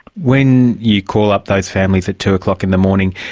when you call up those families at two o'clock in the morning,